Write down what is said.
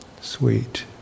sweet